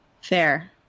Fair